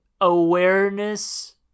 awareness